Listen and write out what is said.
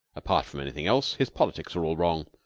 apart from anything else, his politics are all wrong.